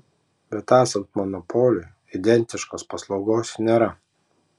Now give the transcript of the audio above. bet esant monopoliui identiškos paslaugos nėra